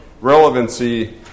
relevancy